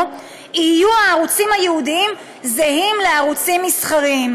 יהיו הערוצים הייעודיים זהים לערוצים המסחריים.